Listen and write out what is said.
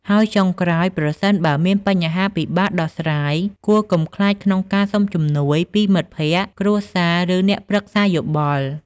ហើយចុងក្រោយ ប្រសិនបើមានបញ្ហាពិបាកដោះស្រាយ គួរ កុំខ្លាចក្នុងការសុំជំនួយ ពីមិត្តភក្តិ គ្រួសារ ឬអ្នកប្រឹក្សាយោបល់។